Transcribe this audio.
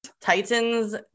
Titans